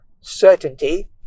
certainty